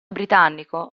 britannico